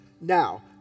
now